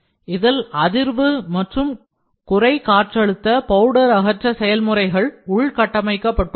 இதில் அதிர்வு மற்றும் குறை காற்றழுத்த பவுடர் அகற்ற செயல்முறைகள் உள் கட்டமைக்கப்பட்டுள்ளன